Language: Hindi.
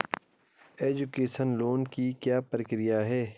एजुकेशन लोन की क्या प्रक्रिया है?